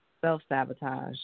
self-sabotage